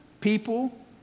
People